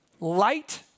light